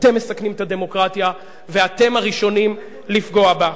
אתם מסכנים את הדמוקרטיה, ואתם הראשונים לפגוע בה.